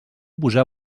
posar